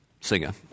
singer